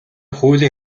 хуулийн